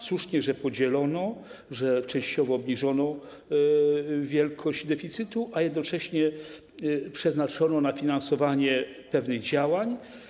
Słusznie, że podzielono, że częściowo obniżono wysokość deficytu, a jednocześnie przeznaczono na finansowanie pewnych działań.